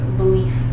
belief